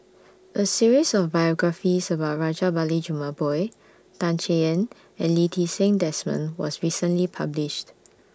A series of biographies about Rajabali Jumabhoy Tan Chay Yan and Lee Ti Seng Desmond was recently published